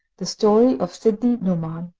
the story of sidi-nouman